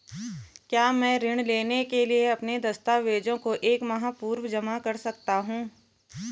क्या मैं ऋण लेने के लिए अपने दस्तावेज़ों को एक माह पूर्व जमा कर सकता हूँ?